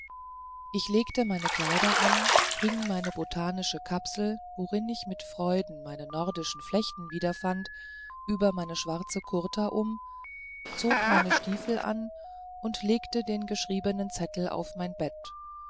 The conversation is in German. ich legte meine kleider an hing meine botanische kapsel worin ich mit freuden meine nordischen flechten wieder fand über meine schwarze kurtka um zog meine stiefel an legte den geschriebenen zettel auf mein bett